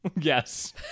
Yes